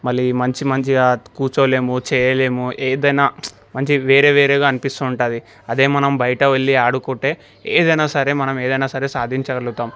మళ్ళీ మంచి మంచిగా కూర్చోలేము చేయలేము ఏదైనా మంచి వేరే వేరేగా అనిపిస్తూ ఉంటుంది అదే మనం బయటకి వెళ్ళి ఆడుకుంటే ఏదైనా సరే మనం ఏదైనా సరే సాధించుకుంటాము